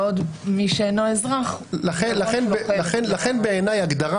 בעוד מי שאינו אזרח הוא מראש --- לכן בעיני הגדרה